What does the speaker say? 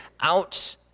out